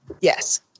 Yes